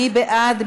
מי בעד?